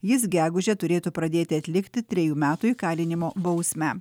jis gegužę turėtų pradėti atlikti trejų metų įkalinimo bausmę